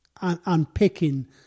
unpicking